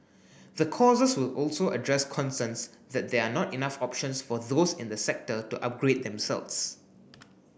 the courses will also address concerns that there are not enough options for those in the sector to upgrade themselves